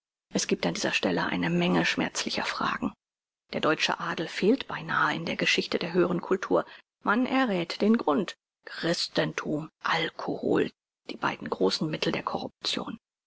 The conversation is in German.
es giebt an dieser stelle eine menge schmerzlicher fragen der deutsche adel fehlt beinahe in der geschichte der höheren cultur man erräth den grund christenthum alkohol die beiden großen mittel der corruption